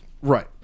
Right